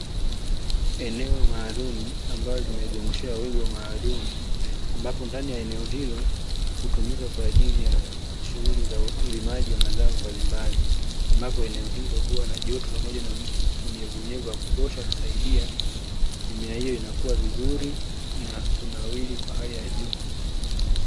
Eneo maalumu ambalo limezungushiwa wigo maalumu, ambapo ndani ya eneo hilo hutumika kwa ajili ya shughuli za ulimaji wa mazao mbalimbali, ambapo eneo hilo huwa na joto pamoja na unyevuunyevu wa kutosha kusaidia mimea hiyo inakuwa vizuri na kunawiri kwa haili ya juu.